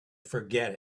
forget